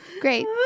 Great